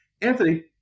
Anthony